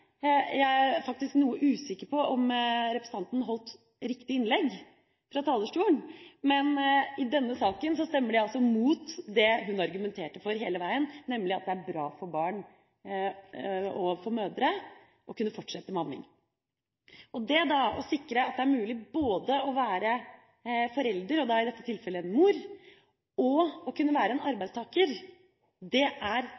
Jeg er faktisk noe usikker på om representanten holdt riktig innlegg fra talerstolen, for i denne saken stemmer de altså imot det hun argumenterte for hele veien, nemlig at det er bra for barn og for mødre å kunne fortsette med amming. Det å sikre at det er mulig å være både forelder, i dette tilfellet mor, og å kunne være arbeidstaker er